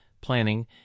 planning